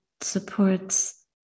supports